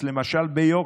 הצעת החוק לא התקבלה.